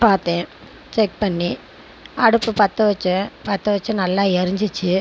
பார்த்தேன் செக் பண்ணி அடுப்பு பற்ற வச்சேன் பற்ற வச்ச நல்லா எரிஞ்சுடுச்சு